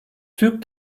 türk